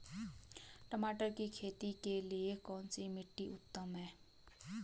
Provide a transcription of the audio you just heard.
मटर की खेती के लिए कौन सी मिट्टी उत्तम है?